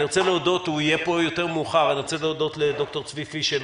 אני רוצה להודות לד"ר צבי פישל,